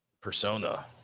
persona